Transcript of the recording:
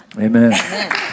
Amen